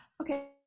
Okay